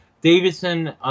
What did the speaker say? Davidson